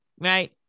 right